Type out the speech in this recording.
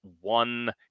one